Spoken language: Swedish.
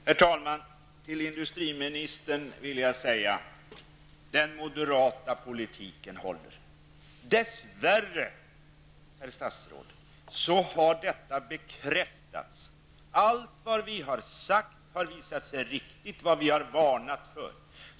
Herr talman! Till industriministern vill jag säga: Den moderata politiken håller! Dess värre, herr statsråd, har detta bekräftats. Allt vad vi har sagt, allt vad vi har varnat för, har visat sig riktigt.